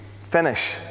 finish